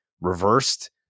reversed